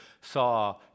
saw